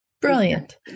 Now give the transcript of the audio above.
Brilliant